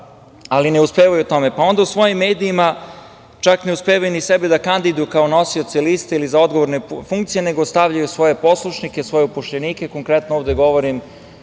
ali ne uspevaju u tome. Onda u svojim medijima čak ne uspevaju ni sebe da kandiduju kao nosioce liste ili za odgovorne funkcije, nego stavljaju svoje poslušnike, svoje upošljenike, konkretno ovde govorim